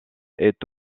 est